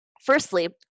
Firstly